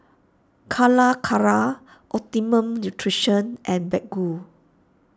Calacara Optimum Nutrition and Baggu